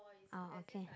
oh okay